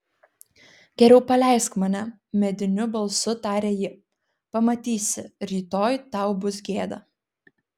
geriau paleisk mane mediniu balsu tarė ji pamatysi rytoj tau bus gėda